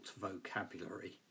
vocabulary